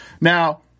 Now